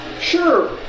Sure